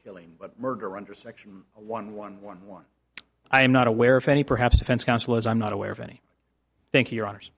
killing but murder under section one one one one i am not aware of any perhaps defense counsel as i'm not aware of any thank you your honors